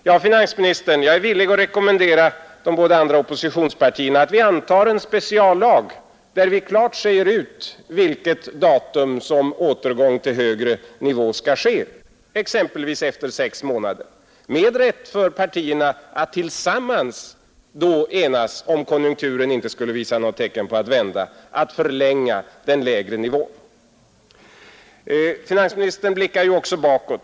Ja, finansministern, jag är villig att rekommendera de båda andra oppositionspartierna att vi antar en speciallag, där det klart sägs ut vilket datum som återgång till högre nivå skall ske, exempelvis efter sex månader, med rätt för partierna, om konjunkturen inte skulle visa något tecken på att vända, att tillsammans förlänga giltighetstiden för den lägre nivån. Finansministern blickade också bakåt.